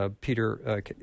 Peter